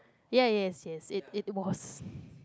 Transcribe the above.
ya yes yes it it was